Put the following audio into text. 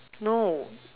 no